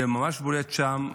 זה ממש בולט שם.